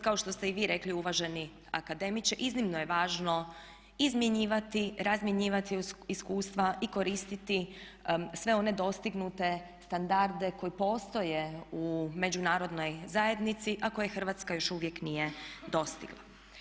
Kao što ste i vi rekli uvaženi akademiče iznimno je važno izmjenjivati, razmjenjivati iskustva i koristiti sve one dostignute standarde koji postoje u međunarodnoj zajednici a koje Hrvatska još uvijek nije dostigla.